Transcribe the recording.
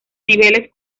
niveles